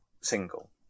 single